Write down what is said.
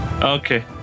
Okay